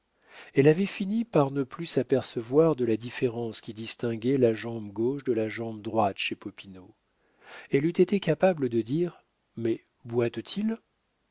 elle avait fini par ne plus s'apercevoir de la différence qui distinguait la jambe gauche de la jambe droite chez popinot elle eût été capable de dire mais boite t il